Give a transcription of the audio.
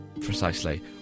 Precisely